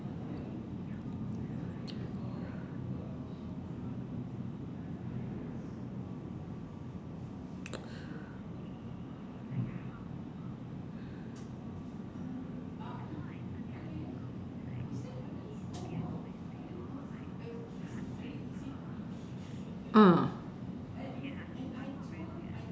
mm